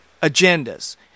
agendas